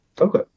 Okay